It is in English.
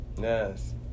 Yes